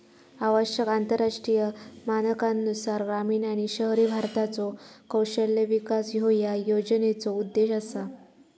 आवश्यक आंतरराष्ट्रीय मानकांनुसार ग्रामीण आणि शहरी भारताचो कौशल्य विकास ह्यो या योजनेचो उद्देश असा